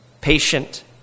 patient